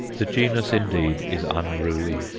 the genus, indeed, is unruly.